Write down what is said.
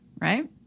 right